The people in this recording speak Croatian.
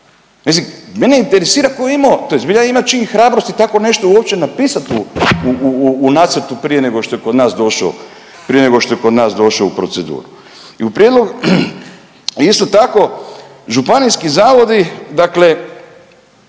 mene interesira tko je imao, to je zbilja ima čin hrabrosti tako nešto uopće napisati uopće u nacrtu prije nego što je kod nas došao, prije nego što je kod nas došao u proceduru. I u prijedlogu isto tako županijski zavodi, dakle